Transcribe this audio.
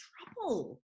trouble